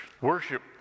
Worship